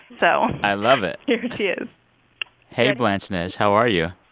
so. i love it. here she is hey, blanche-neige, how are you?